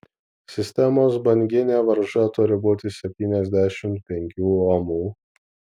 sistemos banginė varža turi būti septyniasdešimt penkių omų